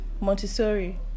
Montessori